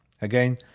Again